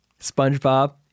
SpongeBob